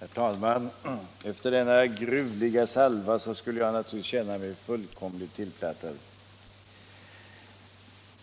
Herr talman! Efter denna gruvliga salva skulle jag naturligtvis känna mig fullkomligt tillplattad.